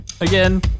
again